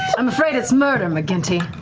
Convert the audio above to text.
i'm afraid it's murder, mcginty.